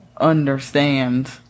understand